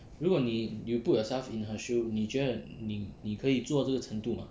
如果你 you put yourself in her shoe 你觉得你可以做这个程度吗